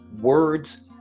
words